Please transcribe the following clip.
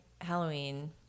halloween